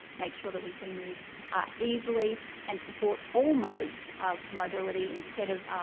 make sure that we can move easily and support all modes of mobility instead of